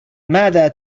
ماذا